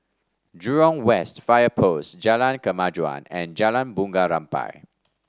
Jurong West Fire Post Jalan Kemajuan and Jalan Bunga Rampai